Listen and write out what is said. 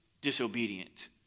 disobedient